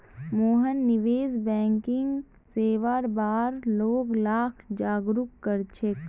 मोहन निवेश बैंकिंग सेवार बार लोग लाक जागरूक कर छेक